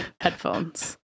headphones